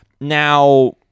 Now